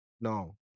No